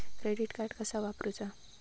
Credit card कसा वापरूचा?